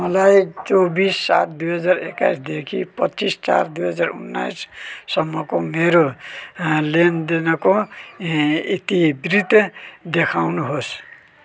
मलाई चौबिस सात दुई हजार एक्काइसदेखि पच्चिस चार दुई हजार उन्नाइससम्मको मेरो अँ लेनदेनको इतिवृत्त देखाउनुहोस्